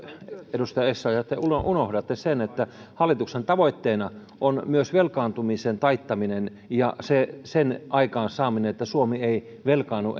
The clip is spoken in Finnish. edustaja essayah te unohdatte sen että hallituksen tavoitteena on myös velkaantumisen taittaminen ja sen aikaansaaminen että suomi ei velkaannu